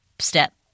step